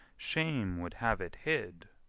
shame would have it hid!